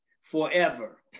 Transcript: forever